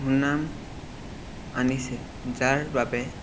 সুনাম আনিছে যাৰ বাবে